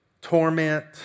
torment